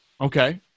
Okay